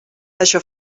això